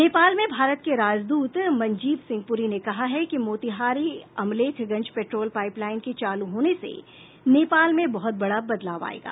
नेपाल में भारत के राजदूत मनजीव सिंह पुरी ने कहा है कि Motihari Amlekhganj petrol pipeline के चालू होने से नेपाल में बहुत बड़ा बदलाव आएगा